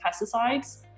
pesticides